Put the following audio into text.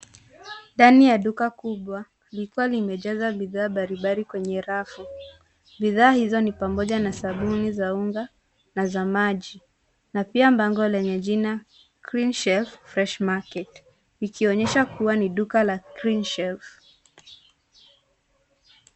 Ndani ya duka kubwa, likiwa limejaza bidhaa mbalimbali kwenye rafu. Bidhaa hizo ni pamoja na sabuni za unga na za maji na pia bango lenye jina cleanshelf fresh market , likionyesha kuwa ni duka la cleanshelf .